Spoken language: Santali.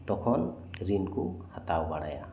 ᱛᱚᱠᱷᱚᱱ ᱨᱤᱱ ᱠᱚ ᱦᱟᱛᱟᱣ ᱵᱟᱲᱟᱭᱟ